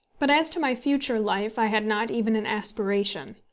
but as to my future life i had not even an aspiration.